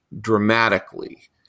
dramatically